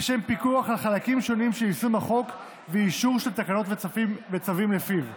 לשם פיקוח על חלקים שונים של יישום החוק ואישור של תקנות וצווים לפיו.